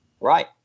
Right